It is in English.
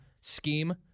scheme